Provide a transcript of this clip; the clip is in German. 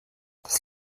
das